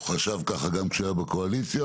הוא חשב ככה גם כשהוא היה בקואליציה,